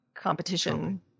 competition